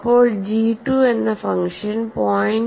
അപ്പോൾ ജി 2 എന്ന ഫംഗ്ഷൻ 0